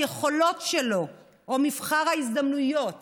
היכולות שלו או מבחר ההזדמנויות